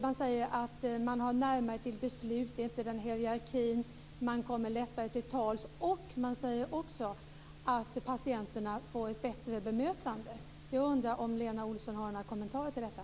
Man säger att man har närmare till beslut. Det är inte någon hierarki, och man kommer lättare till tals. Man säger också att patienterna blir bättre bemötta. Har Lena Olsson några kommentarer till detta?